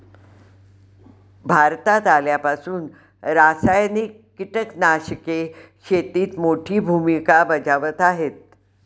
भारतात आल्यापासून रासायनिक कीटकनाशके शेतीत मोठी भूमिका बजावत आहेत